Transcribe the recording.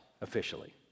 officially